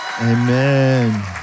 Amen